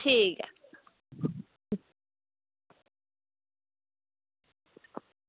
ठीक ऐ